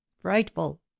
frightful